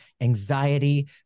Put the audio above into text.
anxiety